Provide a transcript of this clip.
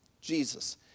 Jesus